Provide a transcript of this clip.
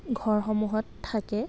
ঘৰসমূহত থাকে